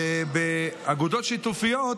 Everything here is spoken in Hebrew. ובאגודות שיתופיות,